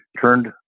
turned